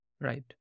Right